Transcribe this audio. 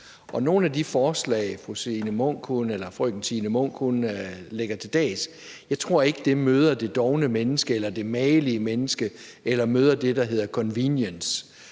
nogle af de forslag, fru Signe Munk lægger for dagen, tror jeg ikke møder det dovne menneske eller det magelige menneske eller møder det, der hedder convenience.